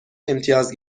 امتیاز